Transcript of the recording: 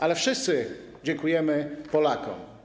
Ale wszyscy dziękujemy Polakom.